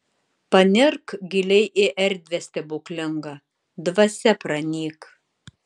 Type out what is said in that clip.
panirk giliai į erdvę stebuklingą dvasia pranyk